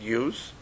use